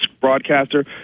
broadcaster